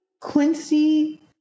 Quincy